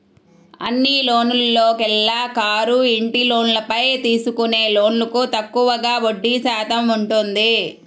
అన్ని లోన్లలోకెల్లా కారు, ఇంటి లోన్లపై తీసుకునే లోన్లకు తక్కువగా వడ్డీ శాతం ఉంటుంది